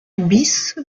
bis